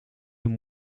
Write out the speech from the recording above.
een